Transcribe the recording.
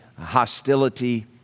hostility